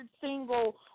single